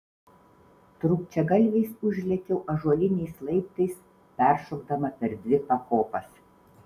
trūkčiagalviais užlėkiau ąžuoliniais laiptais peršokdama per dvi pakopas